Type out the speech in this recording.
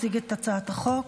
תציג את הצעת החוק.